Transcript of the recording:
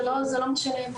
זה לא מה שנאמר לי.